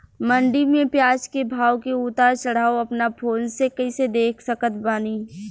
मंडी मे प्याज के भाव के उतार चढ़ाव अपना फोन से कइसे देख सकत बानी?